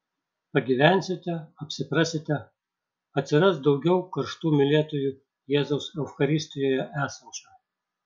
pagyvensite apsiprasite atsiras daugiau karštų mylėtojų jėzaus eucharistijoje esančio